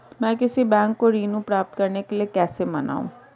मैं किसी बैंक को ऋण प्राप्त करने के लिए कैसे मनाऊं?